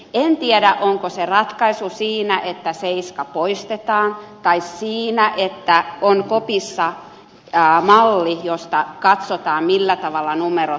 en tiedä onko se ratkaisu siinä että seiska poistetaan tai siinä että kopissa on malli josta katsotaan millä tavalla numerot piirretään